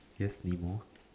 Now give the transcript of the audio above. yes nemo